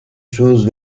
choses